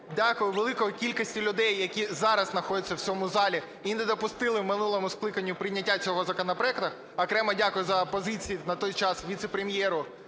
Дякую великій кількості людей, які зараз знаходяться в цьому залі і не допустили минулому скликанню прийняття цього законопроекту. Окремо дякую за позицію на той час віце-прем'єру